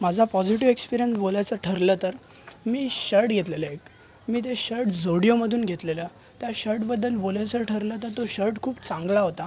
माझा positive experience बोलायचं ठरलं तर मी शर्ट घेतलेलं एक मी ते शर्ट झोडियोमधून घेतलेलं त्या शर्टबद्दल बोलायचं ठरलं तर तो शर्ट खूप चांगला होता